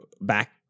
back